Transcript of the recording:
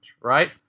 right